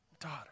daughter